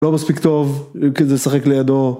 לא מספיק טוב כי זה שחק לידו